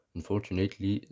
Unfortunately